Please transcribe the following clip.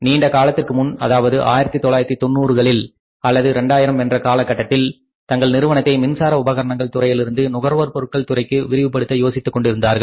நீண்ட காலத்திற்கு முன் அதாவது 1999 அல்லது 2000 என்ற காலகட்டத்தில் தங்கள் நிறுவனத்தை மின்சார உபகரணங்கள் துறையிலிருந்து நுகர்வோர் பொருட்கள் துறைக்கு விரிவுபடுத்த யோசித்துக் கொண்டிருந்தார்கள்